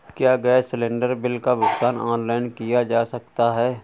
क्या gas cylinder bill का भुगतान ऑनलाइन किया जा सकता है?